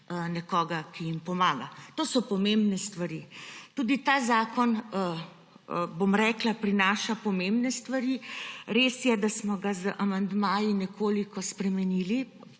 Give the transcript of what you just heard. nekoga, ki jim pomaga. To so pomembne stvari. Tudi ta zakon prinaša pomembne stvari. Res je, da smo ga z amandmaji nekoliko spremenili,